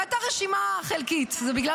זו הייתה רשימה חלקית,